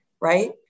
right